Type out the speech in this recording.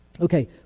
Okay